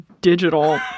digital